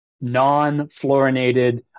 non-fluorinated